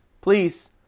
Please